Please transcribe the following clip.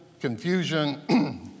confusion